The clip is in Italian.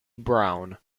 brown